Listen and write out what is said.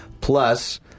plus